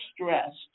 stressed